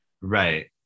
Right